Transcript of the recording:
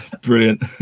Brilliant